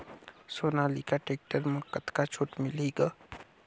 Sonalika tractor म कतका छूट मिलही ग?